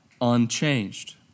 unchanged